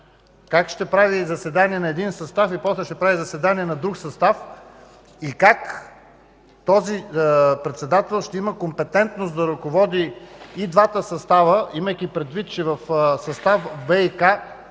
Как ще прави заседания на един състав, а после – на друг състав? Как този председател ще има компетентност да ръководи и двата състава, имайки предвид, че в състав ВиК